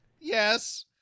Yes